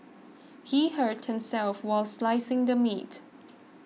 he hurt himself while slicing the meat